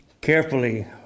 carefully